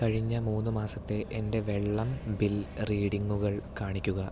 കഴിഞ്ഞ മൂന്നുമാസത്തെ എൻ്റെ വെള്ളം ബിൽ റീഡിംഗുകൾ കാണിക്കുക